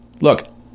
Look